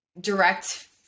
direct